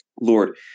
Lord